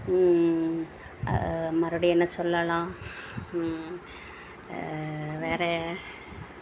மறுபடி என்ன சொல்லலாம் வேறு